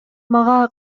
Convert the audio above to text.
мага